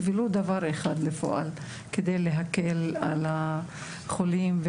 ולו דבר אחד לפועל כדי להקל על החולים,